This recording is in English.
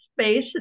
space